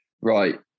right